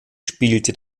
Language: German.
spielte